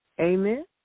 Amen